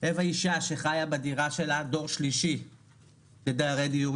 היא אישה שחיה בדירה שלה דור שלישי לדיירי דיור